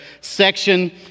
section